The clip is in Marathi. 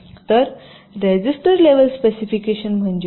तर रजिस्टर लेव्हल स्पेसिफिकेशन म्हणजे काय